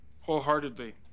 wholeheartedly